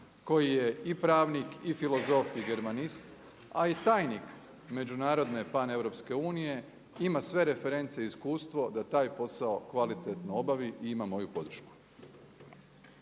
koji je i pravnik i filozof i germanist, a i tajnik Međunarodne paneuropske unije ima sve reference i iskustvo da taj posao kvalitetno obavi i ima moju podršku.